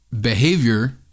Behavior